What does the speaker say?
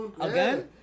again